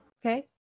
Okay